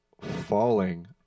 falling